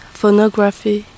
phonography